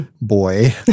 Boy